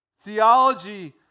Theology